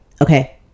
Okay